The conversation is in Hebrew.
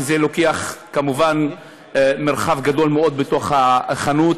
וזה לוקח כמובן מרחב גדול מאוד בחנות.